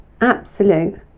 absolute